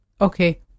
Okay